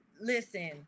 Listen